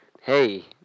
hey